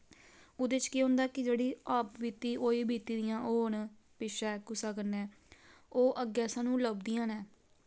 ओह्दे च केह् होंदा कि जेह्ड़ी आप बीती होई बीती दियां ओह् न पिच्छैं कुसा कन्नै ओह् अग्गै साह्नू लब्भदियां नै